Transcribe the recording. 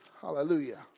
Hallelujah